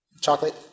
chocolate